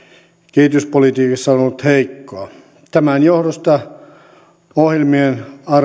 kehityspolitiikassa on ollut heikkoa tämän johdosta ohjelmien